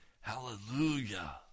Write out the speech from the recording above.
Hallelujah